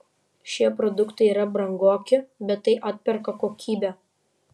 šie produktai yra brangoki bet tai atperka kokybė